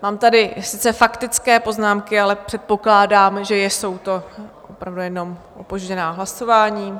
Mám tady sice faktické poznámky, ale předpokládám, že jsou to jenom opožděná hlasování.